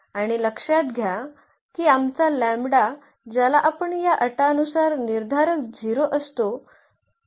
आणि लक्षात घ्या की आमचा लॅम्बडा ज्याला आपण या अटानुसार निर्धारक 0 असतो